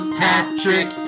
patrick